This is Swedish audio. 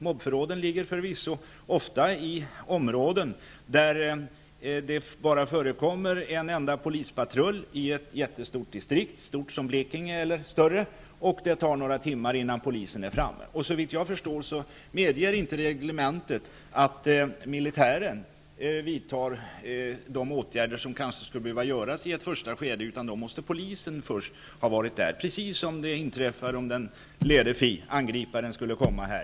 Mob.-förråden ligger förvisso ofta i områden där det bara finns en enda polispatrull i ett mycket stort distrikt. Det kan vara lika stort som Blekinge eller större. Det tar några timmar innan polisen hinner fram. Såvitt jag förstår medger inte reglementet att militären vidtar de åtgärder som kanske skulle behöva vidtas i ett första skede, utan då måste polisen först ha varit på platsen. Precis samma sak inträffar om den lede fienden, angriparen, skulle komma.